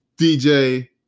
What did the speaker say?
DJ